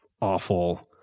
awful